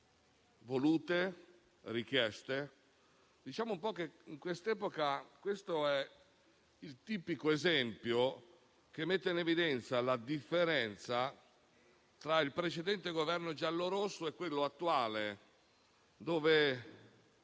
volute e richieste. In quest'epoca ciò è il tipico esempio che mette in evidenza la differenza tra il precedente Governo giallo-rosso e quello attuale, che